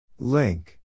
Link